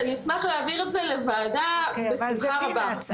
ואני אשמח להעביר את זה לוועדה בשמחה רבה.